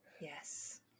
Yes